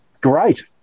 Great